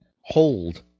hold